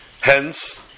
Hence